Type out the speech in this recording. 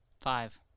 Five